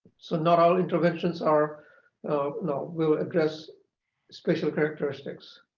so not all interventions are now, we'll address special characteristics.